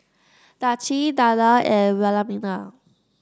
Darci Danna and Wilhelmina